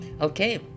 Okay